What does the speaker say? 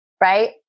right